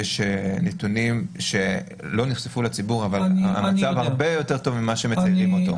יש נתונים שלא נחשפו לציבור אבל המצב הרבה יותר טוב ממה שמציירים אותו.